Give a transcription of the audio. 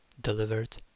delivered